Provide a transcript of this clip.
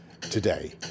today